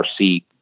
RC